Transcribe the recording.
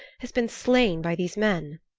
has been slain by these men.